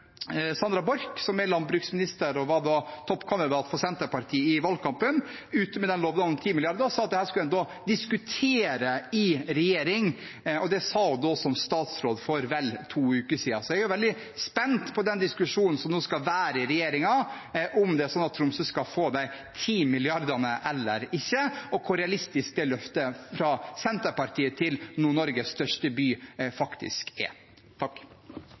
Sandra Borch, som er landbruksminister, og som var toppkandidat for Senterpartiet i valgkampen, kommenterte lovnaden om 10 mrd. kr og sa at dette skulle en diskutere i regjering. Det sa hun som statsråd for vel to uker siden. Så jeg er veldig spent på den diskusjonen som nå skal være i regjeringen. Skal Tromsø få de 10 mrd. kronene eller ikke, og hvor realistisk er det løftet fra Senterpartiet til Nord-Norges største by? Tusen takk